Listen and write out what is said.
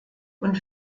und